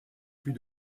plus